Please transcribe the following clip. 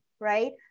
right